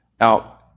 Now